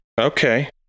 okay